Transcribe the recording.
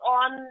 on